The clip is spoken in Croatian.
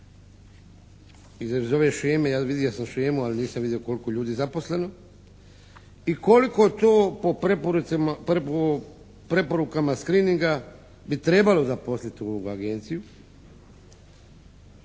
Iz ove sheme, vidio sam shemu ali nisam vidio koliko je ljudi zaposleno. I koliko to po preporukama screeninga bi trebalo zaposliti u ovu agenciju.